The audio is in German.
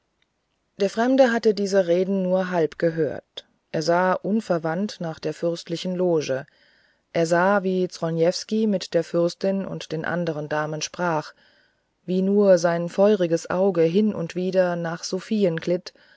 der fremde hatte diese reden nur halb gehört er sah unverwandt nach der fürstlichen loge er sah wie zronievsky mit der fürstin und den andern damen sprach wie nur sein feuriges auge hin und wieder nach